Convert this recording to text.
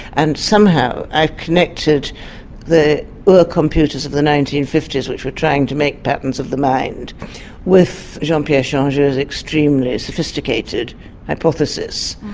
and somehow i've connected the uhr computers of the nineteen fifty s which were trying to make patterns of the mind with jean pierre changeux's extremely sophisticated hypothesis.